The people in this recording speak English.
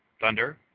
Thunder